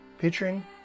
featuring